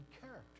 character